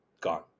gone